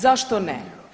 Zašto ne?